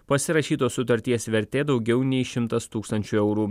pasirašytos sutarties vertė daugiau nei šimtas tūkstančių eurų